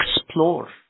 explore